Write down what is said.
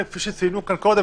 כפי שציינו כאן קודם,